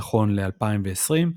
נכון ל-2020,